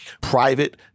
private